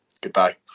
goodbye